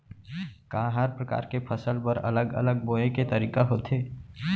का हर प्रकार के फसल बर अलग अलग बोये के तरीका होथे?